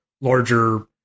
larger